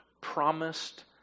promised